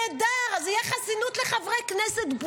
נהדר, אז תהיה חסינות לחברי כנסת.